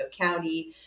County